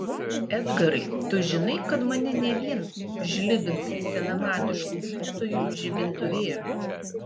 edgarai tu žinai kad mane ne vien žlibins senamadišku gydytojų žibintuvėliu